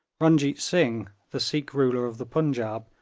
runjeet singh, the sikh ruler of the punjaub,